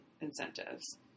incentives